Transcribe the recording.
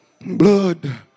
Blood